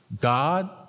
god